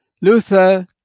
Luther